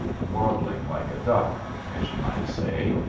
waddling like a duck, as you might say,